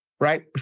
right